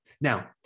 Now